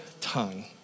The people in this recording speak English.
tongue